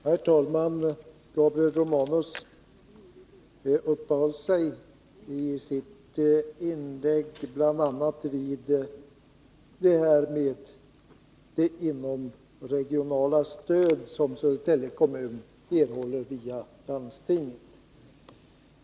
Herr talman! Gabriel Romanus uppehöll sig i sitt inlägg bl.a. vid det inomregionala stöd som Södertälje kommun erhållit via landstinget.